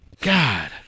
God